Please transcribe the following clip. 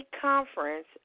Conference